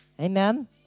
Amen